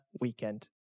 weekend